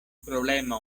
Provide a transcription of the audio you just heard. problema